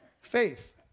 Faith